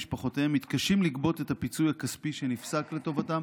משפחותיהם מתקשים לגבות את הפיצוי הכספי שנפסק לטובתם,